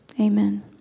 Amen